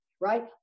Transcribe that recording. right